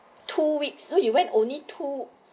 two weeks so you went only two